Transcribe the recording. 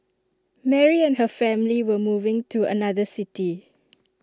Mary and her family were moving to another city